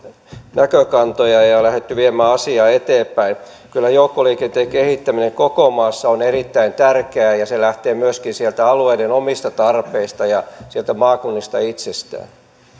näkökantoja ja lähdetty viemään asiaa eteenpäin kyllä joukkoliikenteen kehittäminen koko maassa on erittäin tärkeää ja se lähtee myöskin alueiden omista tarpeista ja maakunnista itsestään